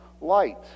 light